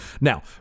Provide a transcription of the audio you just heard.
now